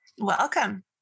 Welcome